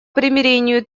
примирению